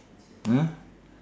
!huh!